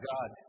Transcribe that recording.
God